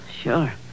Sure